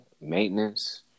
maintenance